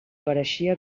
pareixia